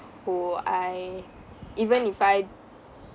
who I even if I